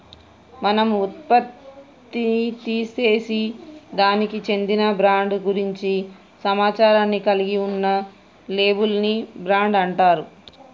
మనం ఉత్పత్తిసేసే దానికి చెందిన బ్రాండ్ గురించి సమాచారాన్ని కలిగి ఉన్న లేబుల్ ని బ్రాండ్ అంటారు